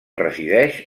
resideix